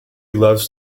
loves